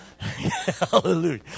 Hallelujah